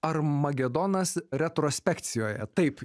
armagedonas retrospekcijoje taip